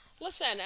Listen